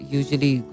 usually